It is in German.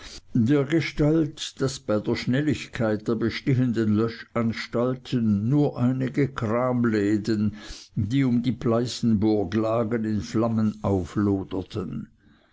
dergestalt daß bei der schnelligkeit der bestehenden löschanstalten nur einige kramläden die um die pleißenburg lagen in flammen aufloderten